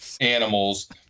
animals